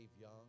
Young